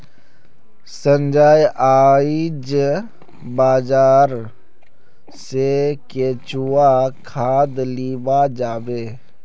संजय आइज बाजार स केंचुआ खाद लीबा जाबे